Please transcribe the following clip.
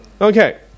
Okay